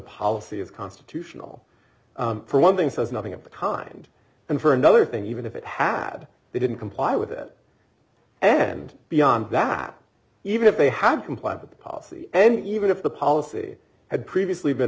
policy is constitutional for one thing says nothing at the time and and for another thing even if it had they didn't comply with it and beyond that even if they had complied with the policy and even if the policy had previously been